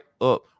up